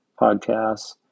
podcasts